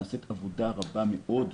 נעשית עבודה רבה מאוד בנושא.